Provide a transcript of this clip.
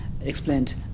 explained